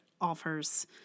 offers